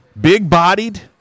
Big-bodied